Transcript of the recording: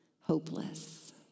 hopeless